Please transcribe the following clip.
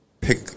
pick